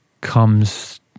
comes